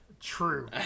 True